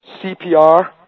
CPR